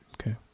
Okay